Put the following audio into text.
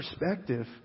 perspective